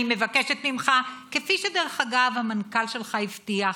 אני מבקשת ממך, כפי שדרך אגב המנכ"ל שלך הבטיח,